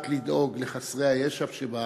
יודעת לדאוג לחסרי הישע שבה